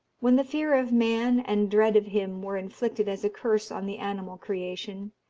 when the fear of man and dread of him were inflicted as a curse on the animal creation,